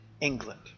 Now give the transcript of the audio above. England